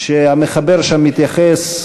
שהמחבר שם מתייחס,